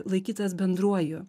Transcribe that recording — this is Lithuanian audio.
laikytas bendruoju